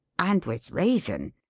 and with reason.